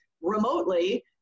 remotely